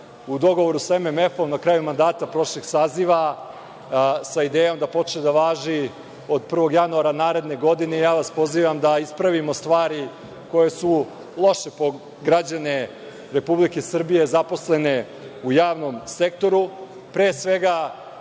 u dogovoru sa MMF na kraju mandata prošlog saziva sa idejom da počne da važi od 1. januara naredne godine i ja vas pozivam da ispravimo stvari koje su loše po građane Republike Srbije, zaposlene u javnom sektoru.